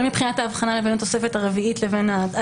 מבחינת ההבחנה בין התוספת הרביעית לבין האישור?